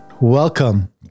welcome